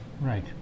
Right